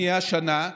שנהיה השנה,